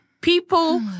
people